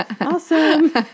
Awesome